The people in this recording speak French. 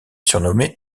surnommée